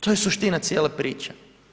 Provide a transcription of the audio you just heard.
To je suština cijele priče.